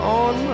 on